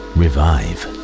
revive